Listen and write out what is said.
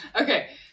okay